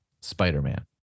Spider-Man